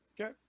Okay